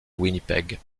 winnipeg